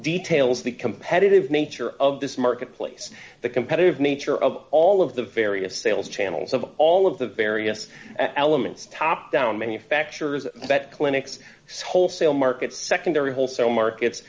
details the competitive nature of this marketplace the competitive nature of all of the various sales channels of all of the various elements top down manufacturers that clinics wholesale markets secondary whole so markets